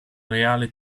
reale